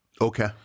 Okay